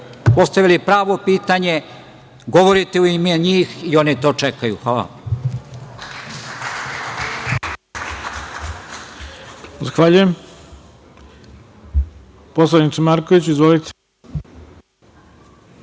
postavili pravo pitanje, govorite u ime njih i oni to čekaju. Hvala